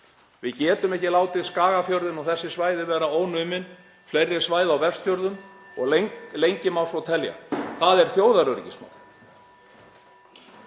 getum ekki látið Skagafjörðinn og þessi svæði vera ónumin, fleiri svæði á Vestfjörðum og svo má lengi telja. Það er þjóðaröryggismál.